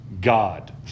God